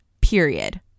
period